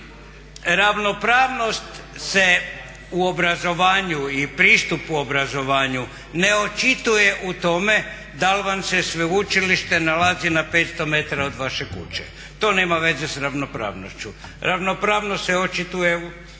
Ravnopravnost se u obrazovanju i pristupu obrazovanju ne očituje u tome dal' vam se sveučilište nalazi na 500 metara od vaše kuće. To nema veze sa ravnopravnošću. Ravnopravnost se očituje u